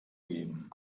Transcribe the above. geben